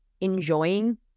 enjoying